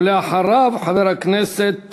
אחריו, חבר הכנסת